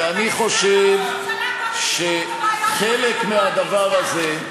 ואני חושב שחלק מהדבר הזה,